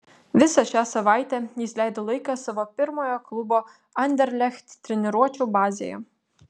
visą šią savaitę jis leido laiką savo pirmojo klubo anderlecht treniruočių bazėje